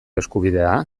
eskubidea